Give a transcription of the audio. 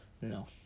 No